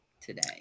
today